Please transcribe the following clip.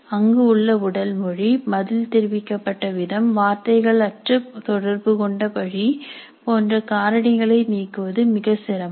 அங்கு உள்ள உடல் மொழி பதில் தெரிவிக்கப்பட்ட விதம் வார்த்தைகள் அற்று தொடர்புகொண்ட வழி போன்ற காரணிகளை நீக்குவது மிக சிரமம்